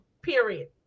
Period